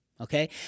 Okay